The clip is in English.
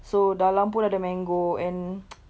so dalam pun ada mango and